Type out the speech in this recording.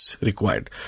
required